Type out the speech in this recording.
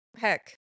heck